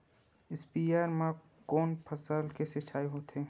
स्पीयर म कोन फसल के सिंचाई होथे?